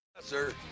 Sir